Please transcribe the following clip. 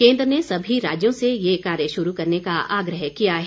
केन्द्र ने सभी राज्यों से ये कार्य शुरू करने का आग्रह किया है